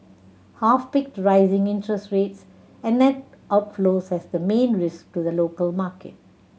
half picked rising interest rates and net outflows as the main risk to the local market